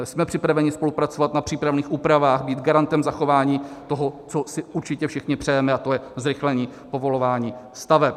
Jsme připraveni spolupracovat na případných úpravách, být garantem zachování toho, co si určitě všichni přejeme, jako je zrychlení povolování staveb.